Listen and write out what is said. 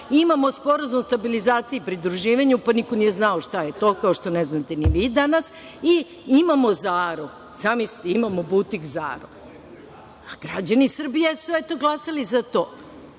Imamo Sporazum o stabilizaciji i pridruživanju, pa niko nije znao šta je to, kao što ne znate ni vi danas, i imamo „Zaru“. Zamislite, imamo butik „Zaru“? Građani Srbije su glasali za to,